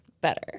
better